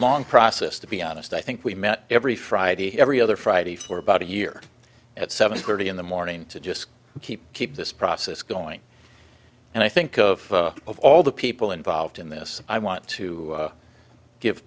long process to be honest i think we met every friday every other friday for about a year at seven thirty in the morning to just keep keep this process going and i think of of all the people involved in this i want to give